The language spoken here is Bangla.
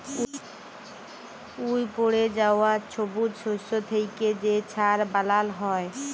উইপড়ে যাউয়া ছবুজ শস্য থ্যাইকে যে ছার বালাল হ্যয়